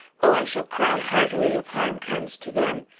oh, i shall cry heartily if harm comes to them!